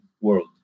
world